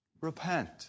Repent